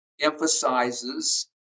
emphasizes